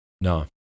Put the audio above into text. No